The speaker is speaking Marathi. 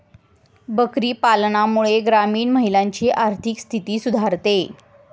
बकरी पालनामुळे ग्रामीण महिलांची आर्थिक स्थिती सुधारते